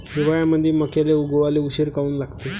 हिवाळ्यामंदी मक्याले उगवाले उशीर काऊन लागते?